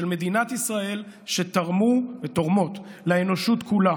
מדינת ישראל שתרמו ותורמות לאנושות כולה.